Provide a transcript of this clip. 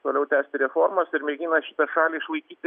toliau tęsti reformas ir mėgina šitą šalį išlaikyti